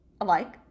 alike